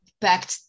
back